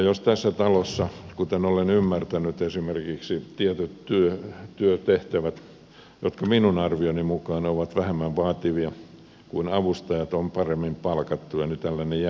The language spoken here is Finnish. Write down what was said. jos tässä talossa kuten olen ymmärtänyt esimerkiksi tietyt työtehtävät jotka minun arvioni mukaan ovat vähemmän vaativia kuin avustajien ovat paremmin palkattuja niin tällainen jännite syntyy